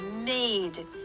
made